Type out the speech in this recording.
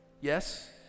yes